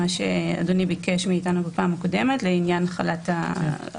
מה שאדוני ביקש מאתנו בפעם הקודמת לעניין הרחבת